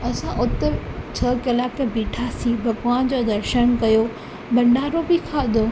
असां उते छह कलाक बिठासीं भॻिवान जो दर्शन कयो भंडारो बि खाधो